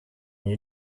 you